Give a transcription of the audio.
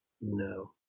No